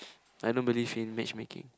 I don't believe in matchmaking